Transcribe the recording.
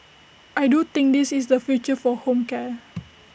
I do think this is the future for home care